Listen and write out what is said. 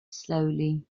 slowly